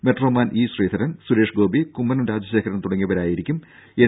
metro man E Sreedharan Suresh Gopi Kummanam Rajasekharan തുടങ്ങിയവരായിരിക്കും N